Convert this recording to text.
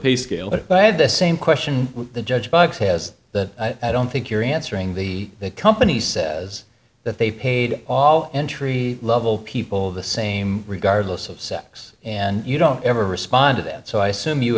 pay scale but i had the same question the judge box has that i don't think you're answering the company says that they paid all entry level people the same regardless of sex and you don't ever respond to that so i assume you